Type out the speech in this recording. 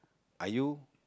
are you